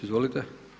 Izvolite.